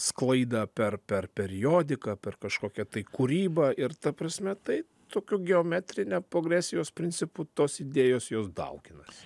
sklaidą per per periodiką per kažkokią tai kūrybą ir ta prasme tai tokiu geometrine progresijos principu tos idėjos jos dauginasi